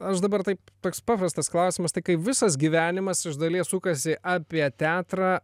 aš dabar taip toks paprastas klausimas tai kai visas gyvenimas iš dalies sukasi apie teatrą